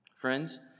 Friends